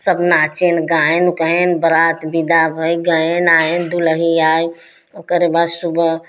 सब नाचे गायन गयेन बरात विदा भई गयेन आयेन दुलही आय ओ करे बाद सुबह